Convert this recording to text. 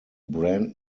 brand